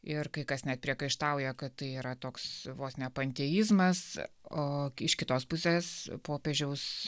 ir kai kas net priekaištauja kad tai yra toks vos ne panteizmas o iš kitos pusės popiežiaus